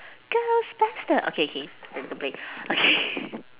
ghostbuster okay okay K don't play okay